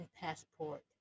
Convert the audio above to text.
passport